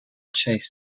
chase